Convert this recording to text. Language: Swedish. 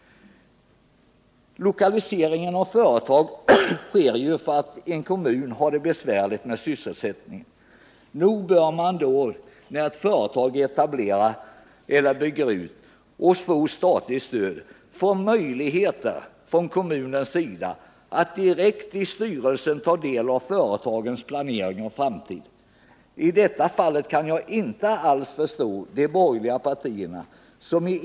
Lokaliseringen av företag sker ju för att en kommun har det besvärligt med sysselsättningen. Nog bör kommunen då, när ett företag etablerar sig där eller bygger ut och får statligt stöd, få möjlighet att direkt i styrelsen ta del av företagets planering och framtid. I detta fall kan jag inte förstå de borgerliga partierna.